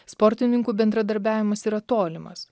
sportininkų bendradarbiavimas yra tolimas